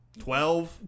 twelve